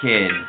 Kid